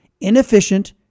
Inefficient